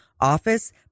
office